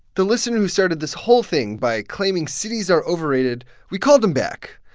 the listener who started this whole thing by claiming cities are overrated we called him back.